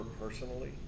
personally